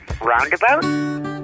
Roundabout